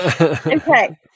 Okay